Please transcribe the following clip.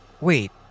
wait